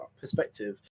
perspective